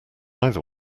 either